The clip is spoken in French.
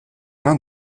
alain